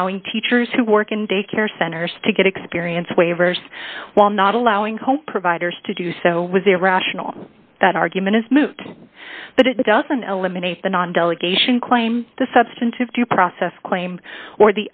allowing teachers who work in daycare centers to get experience waivers while not allowing home providers to do so was irrational that argument is moot but it doesn't eliminate the non delegation claim the substantive due process claim or